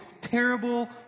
terrible